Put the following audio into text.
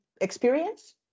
experience